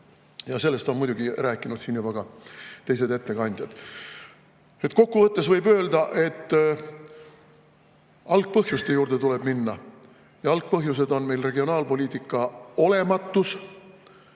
Sellest on siin muidugi rääkinud ka teised ettekandjad. Kokku võttes võib öelda, et algpõhjuste juurde tuleb minna. Ja algpõhjused on meil regionaalpoliitika olematus,